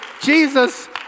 Jesus